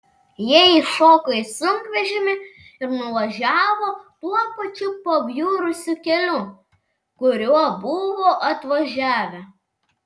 jie įšoko į sunkvežimį ir nuvažiavo tuo pačiu pabjurusiu keliu kuriuo buvo atvažiavę